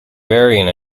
vary